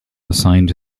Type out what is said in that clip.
assigned